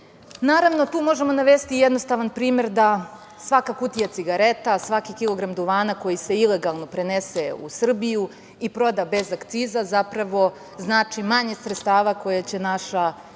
pojava. Naravno, tu možemo navesti jednostavan primer da svaka kutija cigareta, svaki kilogram duvana koji se ilegalno prenese u Srbiju i proda bez akciza zapravo znači manje sredstava koje će naša